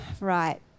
Right